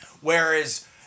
Whereas